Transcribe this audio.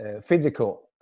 physical